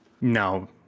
No